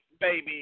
baby